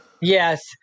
Yes